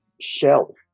shell